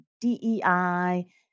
DEI